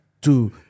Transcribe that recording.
two